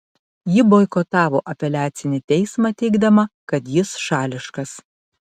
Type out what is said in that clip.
ji boikotavo apeliacinį teismą teigdama kad jis šališkas